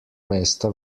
mesta